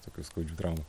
tokių skaudžių traumų